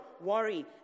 worry